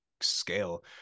scale